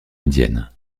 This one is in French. indienne